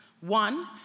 One